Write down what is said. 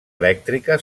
elèctrica